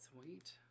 Sweet